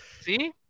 See